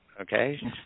okay